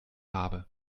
habe